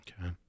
Okay